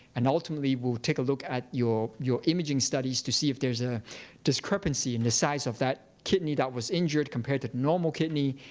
and ultimately we'll take a look at your your imaging studies to see if there's a discrepancy in the size of that kidney that was injured, compared to the normal kidney.